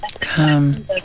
Come